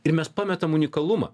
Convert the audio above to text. ir mes pametam unikalumą